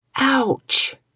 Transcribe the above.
Ouch